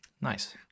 Nice